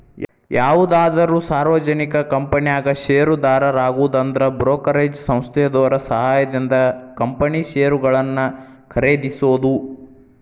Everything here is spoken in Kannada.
ಯಾವುದಾದ್ರು ಸಾರ್ವಜನಿಕ ಕಂಪನ್ಯಾಗ ಷೇರುದಾರರಾಗುದಂದ್ರ ಬ್ರೋಕರೇಜ್ ಸಂಸ್ಥೆದೋರ್ ಸಹಾಯದಿಂದ ಕಂಪನಿ ಷೇರುಗಳನ್ನ ಖರೇದಿಸೋದು